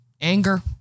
anger